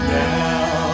now